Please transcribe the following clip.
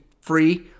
free